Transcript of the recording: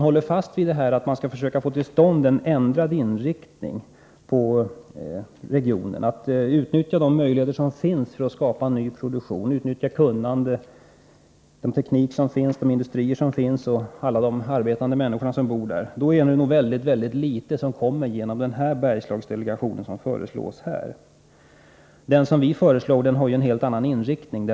Håller man fast vid att man skall försöka få till stånd en ändring av inriktningen inom regionen och utnyttja de möjligheter som finns för att skapa en ny produktion — med utnyttjande av det kunnande, den teknik, de industrier och de arbetande människor som finns på platsen — är det nog mycket litet som kan komma genom den Bergslagsdelegation som nu föreslås. Vårt förslag har en helt annan inriktning. Bl.